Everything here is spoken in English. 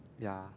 ya